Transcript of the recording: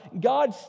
God